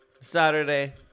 Saturday